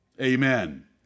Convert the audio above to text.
Amen